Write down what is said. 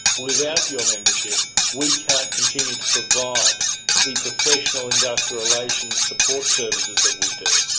without your membership we can't continue to provide the professional industrial relations support services that we do,